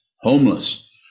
homeless